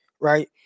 right